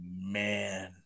man